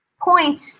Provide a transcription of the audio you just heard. point